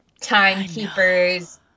timekeepers